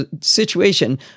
situation